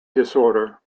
disorder